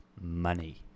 Money